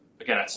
again